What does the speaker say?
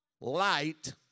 light